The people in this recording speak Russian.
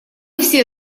все